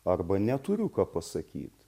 arba neturiu ką pasakyt